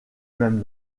même